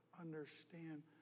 understand